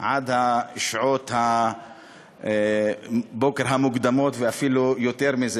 עד שעות הבוקר המוקדמות ואפילו יותר מזה,